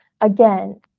again